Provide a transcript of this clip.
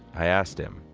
i asked him,